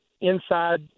inside